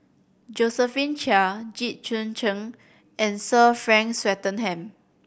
Josephine Chia Jit Koon Ch'ng and Sir Frank Swettenham